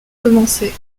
commençait